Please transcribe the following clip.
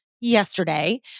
yesterday